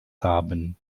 haben